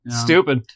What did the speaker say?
Stupid